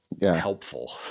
helpful